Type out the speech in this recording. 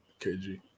KG